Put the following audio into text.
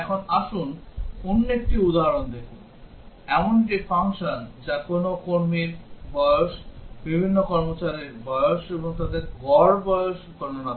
এখন আসুন অন্য একটি উদাহরণটি দেখুন এমন একটি ফাংশন যা কোনও কর্মীর বয়স বিভিন্ন কর্মচারীর বয়স এবং তাদের গড় বয়স গণনা করে